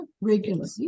regularly